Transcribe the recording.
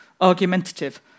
argumentative